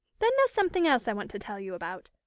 then there's something else i want to tell you about.